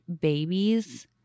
babies